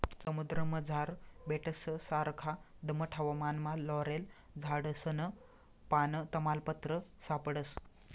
समुद्रमझार बेटससारखा दमट हवामानमा लॉरेल झाडसनं पान, तमालपत्र सापडस